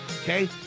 okay